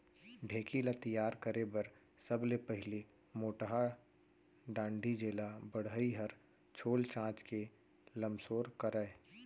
ढेंकी ल तियार करे बर सबले पहिली मोटहा डांड़ी जेला बढ़ई ह छोल चांच के लमसोर करय